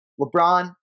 LeBron